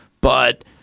but-